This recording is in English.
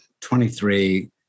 23